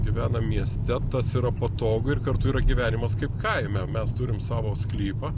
gyvenam mieste tas yra patogu ir kartu yra gyvenimas kaip kaime mes turim savo sklypą